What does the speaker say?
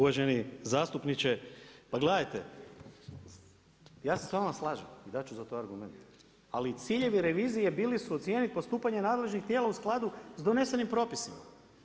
Uvaženi zastupniče, pa gledajte, ja se s vama slažem, dati ću za to argumente, ali ciljevi revizije, bili su u cijeni postupanja nadležnih tijela u skladu s donesenim propisima.